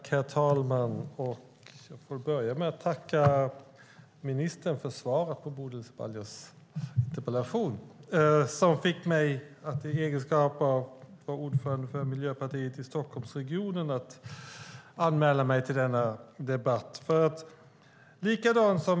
Herr talman! Låt mig börja med att tacka ministern för svaret på Bodil Ceballos interpellation, som fick mig i egenskap av ordförande för Miljöpartiet i Stockholmsregionen att anmäla mig till denna debatt.